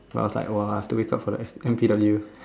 so I was like !wah! two weeks of her life M_T_W